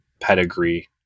pedigree